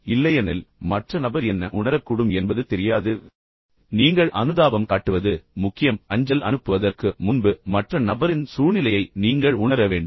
ஆனால் இல்லையெனில் மற்ற நபர் என்ன உணரக்கூடும் என்பது உங்களுக்குத் தெரியாது ஆனால் நீங்கள் அனுதாபம் காட்டுவது முக்கியம் அஞ்சல் அனுப்புவதற்கு முன்பு மற்ற நபரின் சூழ்நிலையை நீங்கள் உணர வேண்டும்